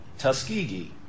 Tuskegee